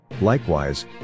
Likewise